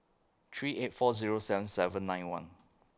three eight four Zero seven seven nine one